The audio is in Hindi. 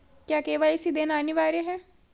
क्या के.वाई.सी देना अनिवार्य है?